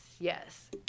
Yes